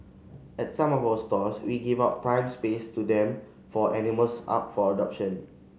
at some of our stores we give out prime space to them for animals up for adoption